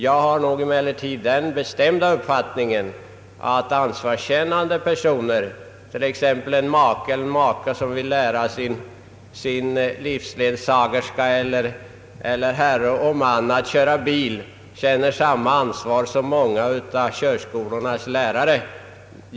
Jag har emellertid den bestämda uppfattningen, att en make eller en maka som vill lära sin livsledsagerska resp. sin herre och man att köra bil känner samma ansvar som många av körskolornas lärare.